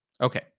Okay